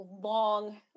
long